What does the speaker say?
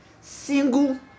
Single